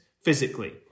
physically